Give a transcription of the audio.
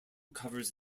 covers